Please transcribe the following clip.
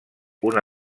una